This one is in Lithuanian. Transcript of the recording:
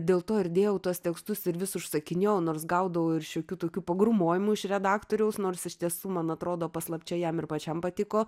dėl to ir dėjau tuos tekstus ir vis užsakinėjau nors gaudavau ir šiokių tokių pagrūmojimų iš redaktoriaus nors iš tiesų man atrodo paslapčia jam ir pačiam patiko